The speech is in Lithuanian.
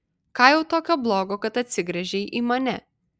ką jau tokio blogo kad atsigręžei į mane